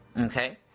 Okay